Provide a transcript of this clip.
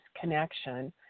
connection